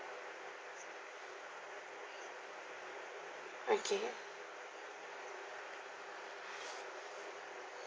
okay